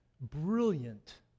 brilliant